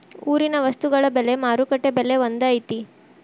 ಊರಿನ ವಸ್ತುಗಳ ಬೆಲೆ ಮಾರುಕಟ್ಟೆ ಬೆಲೆ ಒಂದ್ ಐತಿ?